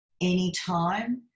anytime